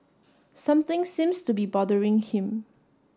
something seems to be bothering him